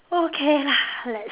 okay lah let's